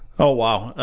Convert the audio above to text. oh, wow!